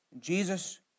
Jesus